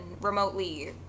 remotely